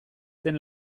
zen